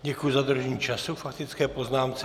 Děkuji za dodržení času k faktické poznámce.